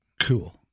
Cool